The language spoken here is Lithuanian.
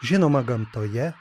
žinoma gamtoje